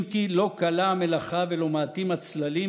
אם כי לא קלה המלאכה ולא מעטים הצללים,